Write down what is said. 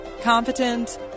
Competent